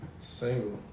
Single